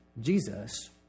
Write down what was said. Jesus